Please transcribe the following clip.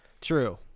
true